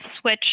switch